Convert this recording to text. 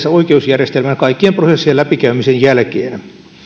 oikeusjärjestelmän kaikkien prosessien läpikäymisen jälkeen